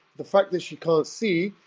the fact that she can't see,